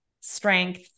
strength